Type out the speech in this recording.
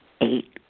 Eight